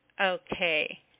Okay